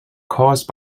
caused